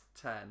ten